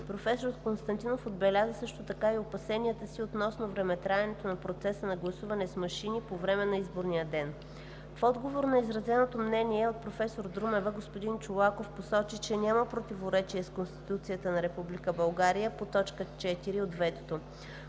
Професор Константинов отбеляза също така и опасенията си относно времетраенето на процеса на гласуване с машини по време на изборния ден. В отговор на изразено мнение от професор Друмева господин Чолаков посочи, че няма противоречие с Конституцията на Република България по точка 4 от ветото.